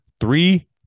three